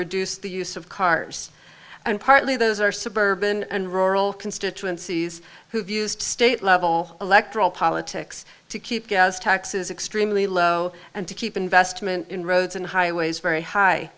reduce the use of cars and partly those are suburban and rural constituencies who've used state level electoral politics to keep gas taxes extremely low and to keep investment in roads and highways very high